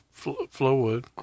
Flowwood